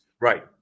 Right